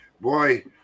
boy